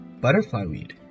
butterfly-weed